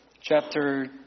chapter